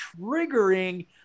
triggering